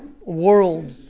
world